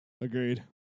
agreed